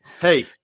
Hey